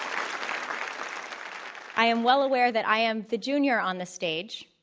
um i am well aware that i am the junior on this stage.